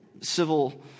civil